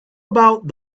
about